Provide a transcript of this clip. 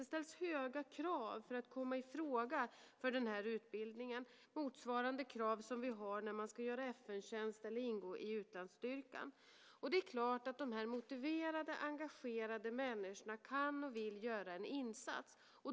Det ställs höga krav för att komma i fråga för den utbildningen. Det är krav motsvarande dem som vi har när man ska göra FN-tjänst eller ingå i utlandsstyrkan. Dessa motiverade och engagerade människor kan och vill göra en insats.